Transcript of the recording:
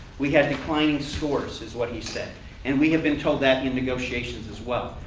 we had declining scores is what he said and we have been told that in negotiations as well.